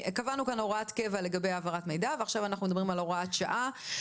קבענו כאן הוראת קבע לגבי העברת מידע ועכשיו אנחנו מדברים על הוראת שעה.